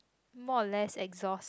more or less exhaust